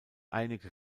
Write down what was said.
einige